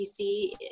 DC